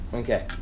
okay